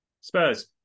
Spurs